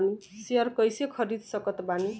Share कइसे खरीद सकत बानी?